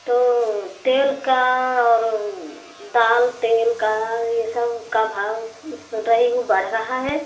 तो तेल का और वह दाल तेल का यह सबका भाव सुन रही हूँ बढ़ रहा है